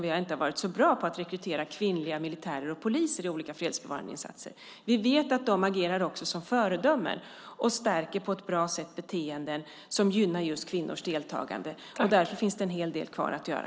Vi har inte varit så bra på att rekrytera kvinnliga militärer och poliser i olika fredsbevarande insatser. Vi vet att de också agerar som föredömen. De stärker på ett bra sätt beteenden som gynnar just kvinnors deltagande. Därför finns det en hel del kvar att göra.